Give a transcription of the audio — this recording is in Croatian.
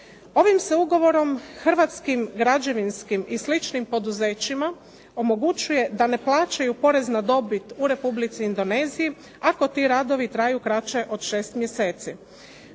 Ovim se ugovorom hrvatskim, građevinskim i sličnim poduzećima omogućuje da ne plaćaju porez na dobit u Republici Indoneziji, ako ti radovi traju kraće od 6 mjeseci.